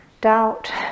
doubt